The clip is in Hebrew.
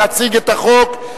להציג את החוק.